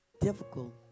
difficult